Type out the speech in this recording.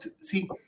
See